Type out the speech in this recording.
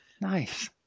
Nice